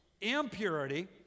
impurity